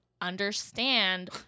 understand